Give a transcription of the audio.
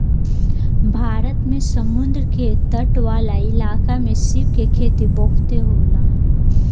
भारत में समुंद्र के तट वाला इलाका में सीप के खेती बहुते होला